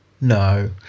No